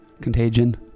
Contagion